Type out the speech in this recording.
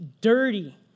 dirty